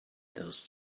those